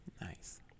nice